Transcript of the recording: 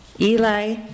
Eli